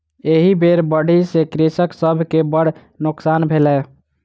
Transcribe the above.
एहि बेर बाढ़ि सॅ कृषक सभ के बड़ नोकसान भेलै